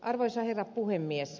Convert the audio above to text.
arvoisa herra puhemies